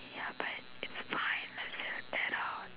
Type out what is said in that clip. ya but it's fine let's just get out